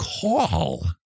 call